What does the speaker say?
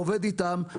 עובד איתם.